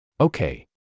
okay